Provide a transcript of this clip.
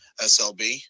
SLB